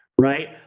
right